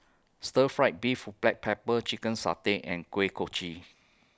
Stir Fry Beef Black Pepper Chicken Satay and Kuih Kochi